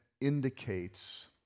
indicates